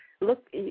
look